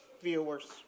viewers